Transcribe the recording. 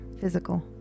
physical